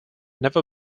never